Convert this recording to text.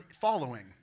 following